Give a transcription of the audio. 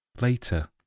later